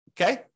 okay